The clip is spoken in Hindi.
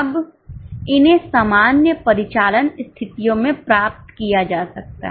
अब इन्हें सामान्य परिचालन स्थितियों में प्राप्त किया जा सकता है